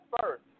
first